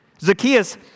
Zacchaeus